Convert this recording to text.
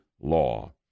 law